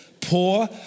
Poor